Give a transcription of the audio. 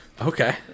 Okay